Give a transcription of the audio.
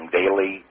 daily